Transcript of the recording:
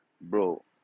Bro